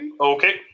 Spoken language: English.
Okay